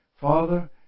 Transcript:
Father